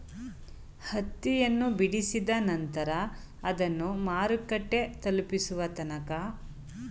ಹತ್ತಿಯನ್ನು ಬಿಡಿಸಿದ ನಂತರ ಅದನ್ನು ಮಾರುಕಟ್ಟೆ ತಲುಪಿಸುವ ತನಕ ಅನುಸರಿಸಬೇಕಾದ ಕ್ರಮಗಳು ಯಾವುವು?